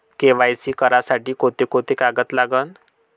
KYC करासाठी कोंते कोंते कागद लागन?